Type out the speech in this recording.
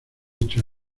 dicho